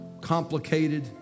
complicated